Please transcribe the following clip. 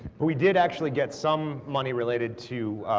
but we did actually get some money related to